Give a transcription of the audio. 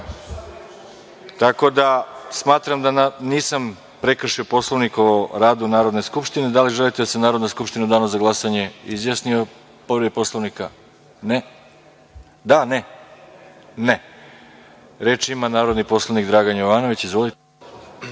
da smatram da nisam prekršio Poslovnik o radu Narodne skupštine. Da li želite da se Narodna skupština u danu za glasanje izjasni o povredi Poslovnika? (Ne.)Reč ima narodni poslanik Dragan Jovanović. Izvolite.